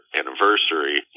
anniversary